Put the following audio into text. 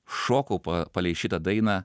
šokau palei šitą dainą